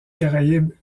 caraïbes